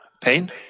pain